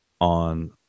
on